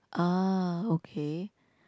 uh okay